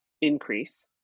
increase